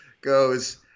goes